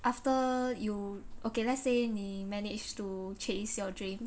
after you okay let's say 你 managed to chase your dream